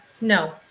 no